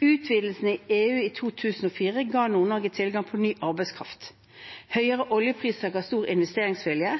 Utvidelsene i EU i 2004 ga Nord-Norge tilgang på ny arbeidskraft. Høyere oljepriser ga stor investeringsvilje,